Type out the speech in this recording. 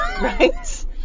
Right